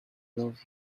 love